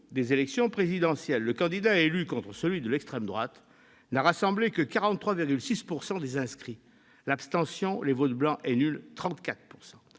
élection présidentielle, le candidat élu contre celui de l'extrême droite n'a rassemblé que 43,6 % des inscrits, l'abstention et les votes blancs ou nuls, 34 %.